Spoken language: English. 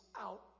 out